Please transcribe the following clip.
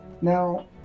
Now